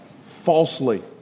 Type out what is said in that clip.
falsely